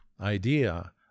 idea